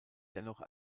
dennoch